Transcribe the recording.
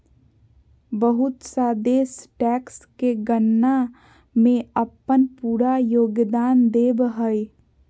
बहुत सा देश टैक्स के गणना में अपन पूरा योगदान देब हइ